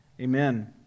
Amen